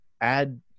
add